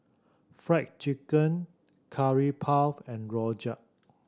Fried Chicken Curry Puff and rojak